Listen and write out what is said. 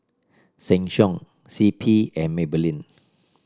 Sheng Siong C P and Maybelline